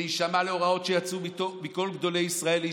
להישמע להוראות שיצאו מכל גדולי ישראל.